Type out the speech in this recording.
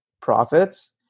profits